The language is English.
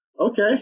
Okay